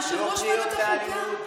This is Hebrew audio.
יושב-ראש ועדת החוקה,